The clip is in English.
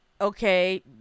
Okay